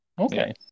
Okay